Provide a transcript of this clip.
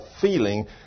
feeling